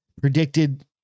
Predicted